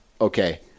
okay